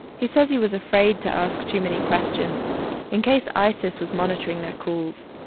he says he was afraid to ask too many questions in case isis was monitoring their calls.